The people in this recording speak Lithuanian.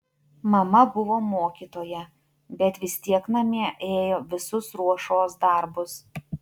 mama buvo mokytoja bet vis tiek namie ėjo visus ruošos darbus